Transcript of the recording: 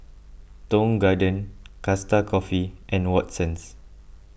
Tong Garden Costa Coffee and Watsons